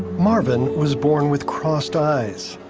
marvin was born with crossed eyes.